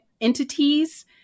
entities